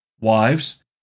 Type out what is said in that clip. Wives